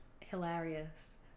hilarious